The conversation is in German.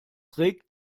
regt